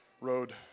Road